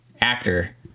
actor